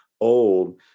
old